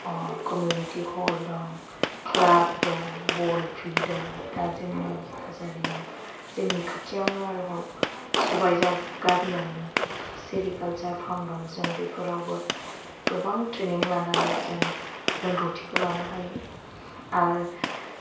community hall दं club दं ball field दं दा जोंनि हाजारियाव जोंनि खाथियावनो आरोबाव सबाइझार गामियावनो सेरिकालसार फार्म दं जों बेफोरावबो गोबां ट्रेनिं लानानै जों रोंगौथिखौ लानो हायो आरो